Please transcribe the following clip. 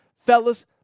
Fellas